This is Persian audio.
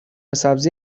سبزی